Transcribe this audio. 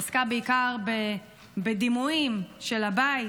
היא עסקה בעיקר בדימויים של הבית,